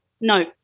No